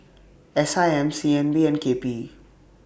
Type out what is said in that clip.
S I M C N B and K P E